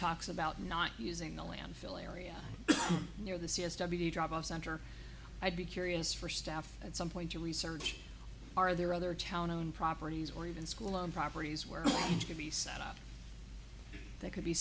talks about not using a landfill area near the c s w drop off center i'd be curious for staff at some point to research are there other town own properties or even school on properties where you could be set up that could be